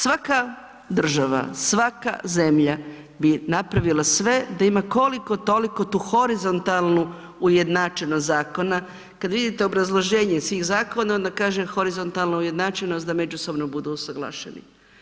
Svaka država, svaka zemlja bi napravila sve da ima koliko toliko tu horizontalnu ujednačenost zakona, kad vidite obrazloženje svih zakona onda kaže horizontalno ujednačenost da međusobno budu usuglašeni.